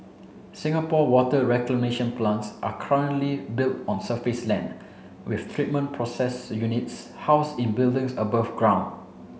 Singapore water reclamation plants are currently built on surface land with treatment process units housed in buildings above ground